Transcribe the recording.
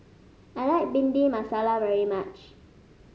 I like Bhindi Masala very much